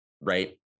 right